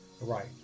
right